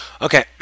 Okay